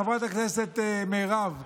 חברת הכנסת מירב כהן.